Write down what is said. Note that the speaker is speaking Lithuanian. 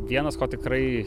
vienas ko tikrai